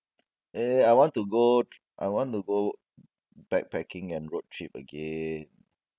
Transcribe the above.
eh I want to go I want to go backpacking and road trip again